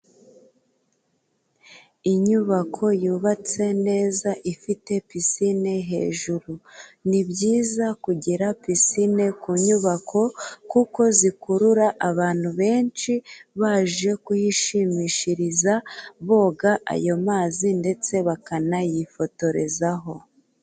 Inyubako yubatse neza ifite pisine hejuru. Ni byiza kugira pisine ku nyubako kuko zikurura abantu benshi baje kuhishimishiriza boga ayo mazi ndetse bakanayifotorezaho.